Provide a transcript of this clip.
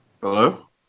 Hello